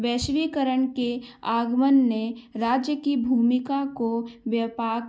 वैश्वीकरण के आगमन ने राज्य की भूमिका को व्यापक